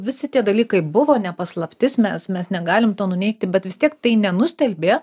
visi tie dalykai buvo ne paslaptis mes mes negalim to nuneigti bet vis tiek tai nenustelbė